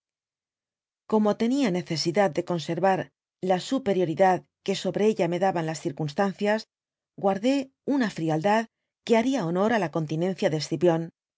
como tenia necesidad de conservar la superioridad que sobre ella me daban las circunstancias guardé una frialdad que haria honor á la continencia de scipion